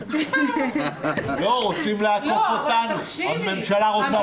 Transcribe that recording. נפסקה בשעה 15:09 ונתחדשה בשעה